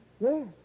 Yes